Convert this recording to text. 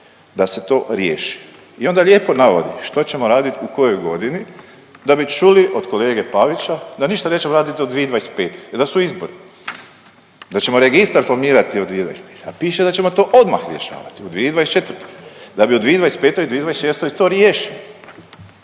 da se to riješi. I onda lijepo navodi što ćemo raditi u kojoj godini da bi čuli od kolege Pavića da ništa nećemo raditi do 2025. jer da su izbori. Da ćemo registar formirati u 2025., a piše da ćemo to odmah rješavati u 2024. da bi u 2025. i 2026. to riješili.